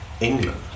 England